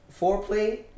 foreplay